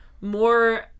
more